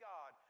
God